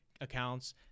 accounts